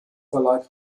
verlag